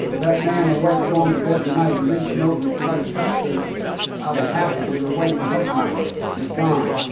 that man or wife going to bed tonight and reaching over to try to touch their out of habit, where their wife or husband was is gone.